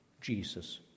Jesus